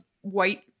white